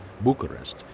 Bucharest